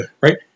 Right